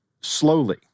slowly